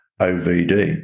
OVD